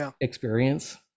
experience